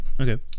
okay